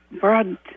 broad